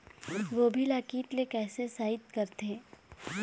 गोभी ल कीट ले कैसे सइत करथे?